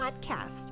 podcast